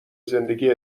زندگی